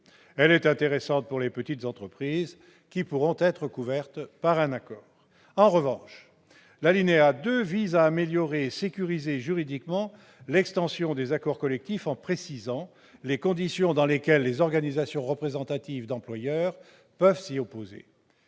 Elle est intéressante pour les petites entreprises qui pourront ainsi être couvertes par un accord. En revanche, l'alinéa 2 vise à améliorer et sécuriser juridiquement l'extension des accords collectifs en précisant les conditions dans lesquelles les organisations représentatives d'employeurs peuvent s'y opposer